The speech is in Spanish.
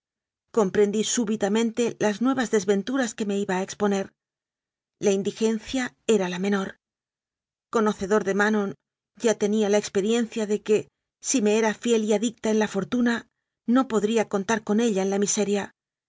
comprendí súbitamente las nuevas desventuras a que me iba a exponer la indigencia era la menor conocedor de manon ya tenía la experiencia de que si me era fiel y adicta en la fortuna no podría contar con ella en la miseria